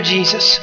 Jesus